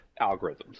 algorithms